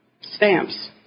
stamps